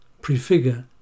...prefigure